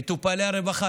מטופלי הרווחה,